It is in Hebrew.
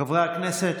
חברי הכנסת,